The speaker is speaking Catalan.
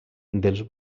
dels